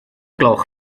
gloch